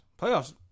Playoffs